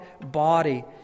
body